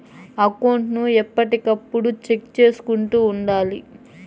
account ను ఎప్పటికప్పుడు check చేసుకుంటూ ఉండాలి